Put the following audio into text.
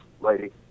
lady